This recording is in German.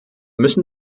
müssen